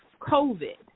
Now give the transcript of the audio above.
COVID